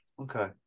Okay